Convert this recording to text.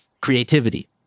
creativity